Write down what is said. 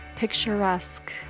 picturesque